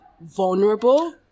vulnerable